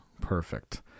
Perfect